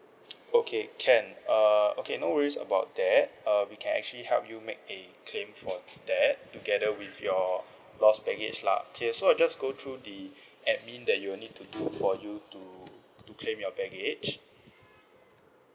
okay can err okay no worries about that uh we can actually help you make a claim for that together with your lost baggage lah okay so I just go through the administration that you will need to do for you to to claim your baggage